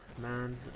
man